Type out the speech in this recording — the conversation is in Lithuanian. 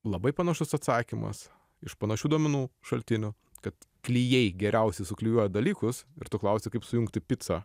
labai panašus atsakymas iš panašių duomenų šaltinių kad klijai geriausiai suklijuoja dalykus ir tu klausi kaip sujungti picą